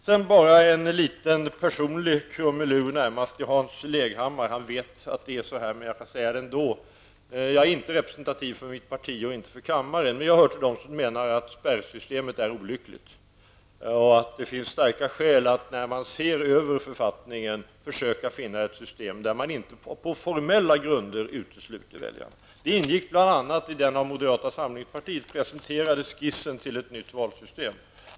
Sedan bara en liten personlig krumelur, närmast till Hans Leghammar. Han vet att det är så här, men jag kan säga det ändå. Jag är inte representativ för mitt parti och inte för kammaren, men jag hör till dem som menar att spärrsystemet är olyckligt och att det finns starka skäl att när man ser över författningen försöka finna ett system där man inte på formella grunder utesluter väljare. Det ingick bl.a. i den av moderata samlingspartiet presenterade skissen till ett nytt valsystem.